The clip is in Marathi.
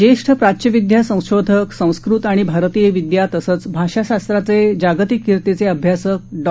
ज्येष्ठ प्राच्यविदया संशोधक संस्कृत आणि भारतीय विदया तसंच भाषाशास्त्राचे जागतिक किर्तीचे अभ्यासक डॉ